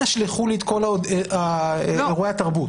אנא שלחו לי את כל אירועי התרבות.